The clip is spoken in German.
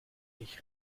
mich